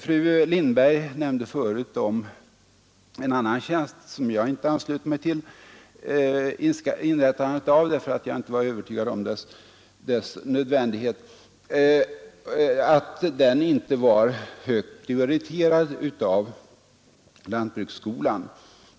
Fru Lindberg nämnde förut om en annan tjänst som jag inte anslöt mig till inrättandet av, därför att jag inte var helt övertygad om dess nödvändighet. Den var inte högt prioriterad av lantbrukshögskolan.